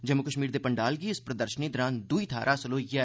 जम्मू कश्मीर दे पंडाल गी इस प्रदर्शनी दौरान दुई थाह्र हासल होई ऐ